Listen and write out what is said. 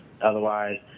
Otherwise